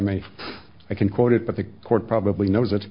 may i can quote it but the court probably knows it